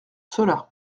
cela